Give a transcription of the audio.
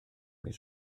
mis